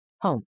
Home